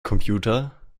computer